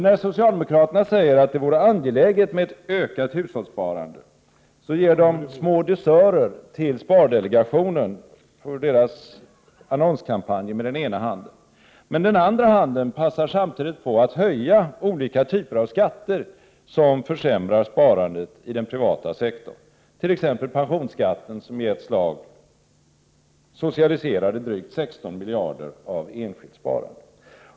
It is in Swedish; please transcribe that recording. När socialdemokraterna säger att det vore angeläget med ett ökat hushållssparande, ger de små dusörer till spardelegationen för dess annonskampanjer med den ena handen. Men med den andra handen passar man samtidigt på att höja olika typer av skatter som försämrar sparandet i den privata sektorn, t.ex. pensionsskatten som i ett slag socialiserade drygt 16 miljarder kronor av enskilt sparande.